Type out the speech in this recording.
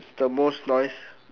the most noise